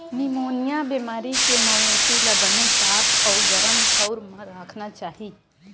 pneumonia बेमारी के मवेशी ल बने साफ अउ गरम ठउर म राखना चाही